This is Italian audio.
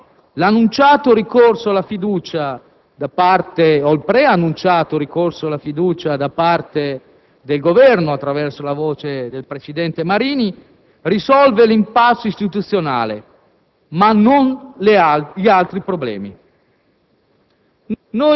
Oggi l'annunciato (o preannunciato) ricorso alla fiducia da parte del Governo, attraverso la voce del presidente Marini, risolve l'*impasse* istituzionale, ma non gli altri problemi.